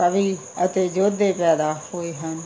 ਕਵੀ ਅਤੇ ਯੋਧੇ ਪੈਦਾ ਹੋਏ ਹਨ